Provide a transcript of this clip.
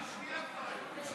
פעם שנייה כבר היום.